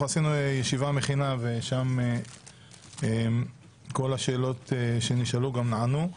כי עשינו ישיבה מכינה ושם כל השאלות שנשאלו גם נענו.